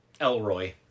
Elroy